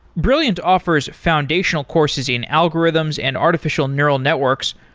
brilliant offers foundational courses in algorithms and artificial neural networks,